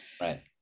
Right